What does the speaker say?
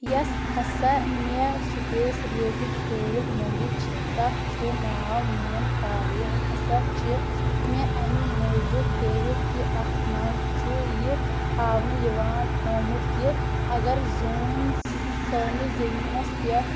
یۄس ہسا مےٚ سُپیس رِلیٹِڈ فیورِٹ مووی چھُ تَتھ چھُ ناو موٗن فال یہِ ہَسا چھِ مےٚ اَمہِ موٗجوٗب فیورِٹ کہِ اَتھ منٛز چھُ یہِ ہاونہٕ یِوان ٲمُت کہِ اَگر زوٗن سٲنِس زٔمیٖنَس پٮ۪ٹھ